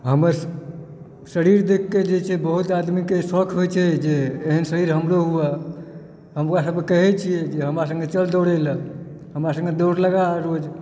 हमर शरीर देखिके जे छै बहुत आदमीके ई शौख होइत छै जे एहन शरीर हमरो होए हम ओकरा सबकेँ कहए छियै जे हमरा सङ्ग चल दौड़ए लऽ हमरा सङ्गे दौड़ लगा रोज